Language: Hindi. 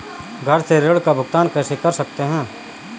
घर से ऋण का भुगतान कैसे कर सकते हैं?